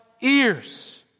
ears